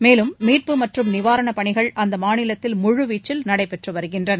மேலும் மீட்பு மற்றும் நிவாரண பணிகள் அம்மாநிலத்தில் முழு வீச்சில் நடைபெற்று வருகின்றன